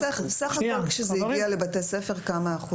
סך הכול כשזה הגיע לבתי הספר, כמה אחוז התחסנו?